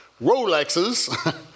Rolexes